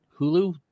Hulu